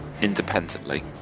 independently